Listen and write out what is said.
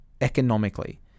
economically